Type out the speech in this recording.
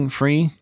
free